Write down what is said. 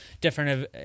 different